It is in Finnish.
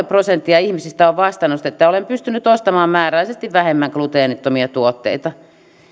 prosenttia ihmisistä on vastannut että olen pystynyt ostamaan määrällisesti vähemmän gluteenittomia tuotteita